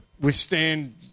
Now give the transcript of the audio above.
withstand